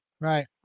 Right